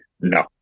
No